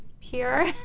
pure